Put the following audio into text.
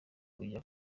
kujya